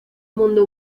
mundo